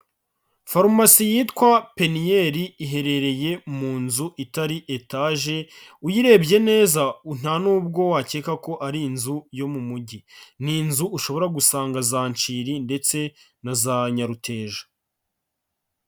Farumasi yitwa Peniel iherereye mu nzu itari etaje, uyirebye neza nta n'ubwo wakeka ko ari inzu yo mu mujyi, ni inzu ushobora gusanga za Nshiri ndetse na za Nyaruteja.